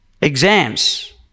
exams